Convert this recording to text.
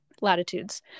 Latitudes